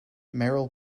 merrill